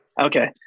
Okay